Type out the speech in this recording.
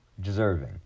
deserving